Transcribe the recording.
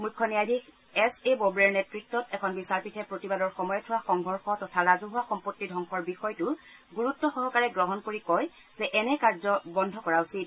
মুখ্য ন্যায়াধীশ S A ববড়েৰ নেতৃত্বত এখন বিচাৰপীঠে প্ৰতিবাদৰ সময়ত হোৱা সংঘৰ্ষ তথা ৰাজহুৱা সম্পত্তি ধবংসৰ বিষয়টো গুৰুত্ব সহকাৰে গ্ৰহণ কৰি কয় যে এনে কাৰ্য বন্ধ কৰা উচিত